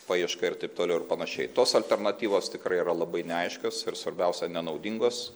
paieška ir taip toliau ir panašiai tos alternatyvos tikrai yra labai neaiškios ir svarbiausia nenaudingos